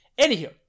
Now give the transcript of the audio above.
Anywho